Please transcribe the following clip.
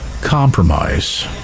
compromise